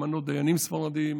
למנות דיינים ספרדים,